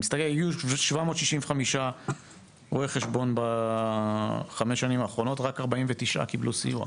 הגיעו 765 רואי חשבון בחמש השנים האחרונות ומתוכם רק 45 קיבלו סיוע.